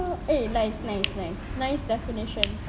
eh nice nice nice nice definition